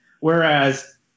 whereas